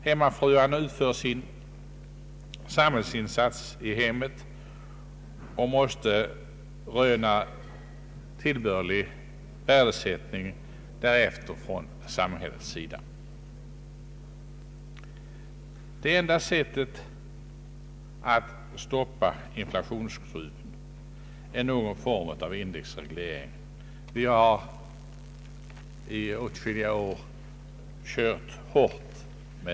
Hemmafruarna gör sin samhällsinsats i hemmet och måste röna rimlig erkänsla därför av samhället. — Det enda sättet att stoppa inflationsskruven är att införa någon form av indexreglering. Vi har i åtskilliga år framfört denna tanke.